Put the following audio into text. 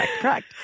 Correct